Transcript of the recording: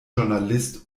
journalist